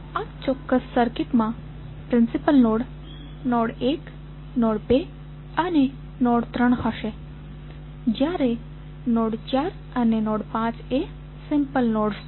આ ચોક્કસ સર્કિટમાં પ્રિન્સિપલ નોડ નોડ 1 નોડ 2 અને નોડ 3 હશે જ્યારે નોડ 4 અને નોડ 5 એ સિમ્પલ નોડ્સ છે